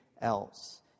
else